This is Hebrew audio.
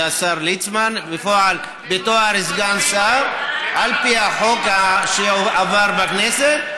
השר ליצמן, בתואר סגן שר, על פי החוק שעבר בכנסת.